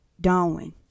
Darwin